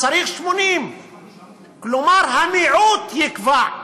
צריך 80. כלומר, המיעוט יקבע.